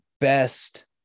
best